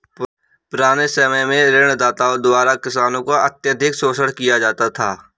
पुराने समय में ऋणदाताओं द्वारा किसानों का अत्यधिक शोषण किया जाता था